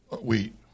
wheat